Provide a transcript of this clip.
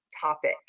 topic